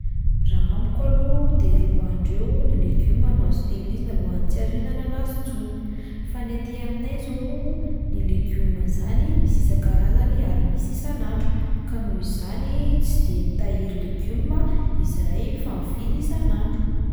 Raha amiko aloha de roa andro eo ny legioma no azo tahirizina alohan'ny tsy azo ihinanana azy intsony, fa ny aty aminay izao ny legioma izany misy isan-karazany ary misy isan'andro ka noho izany tsy de mitahiry legioma izahay fa mividy isan'andro.